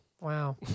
Wow